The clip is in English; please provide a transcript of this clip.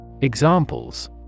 Examples